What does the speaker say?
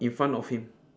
in front of him